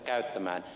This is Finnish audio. käyttämään